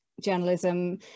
journalism